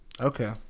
Okay